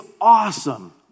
awesome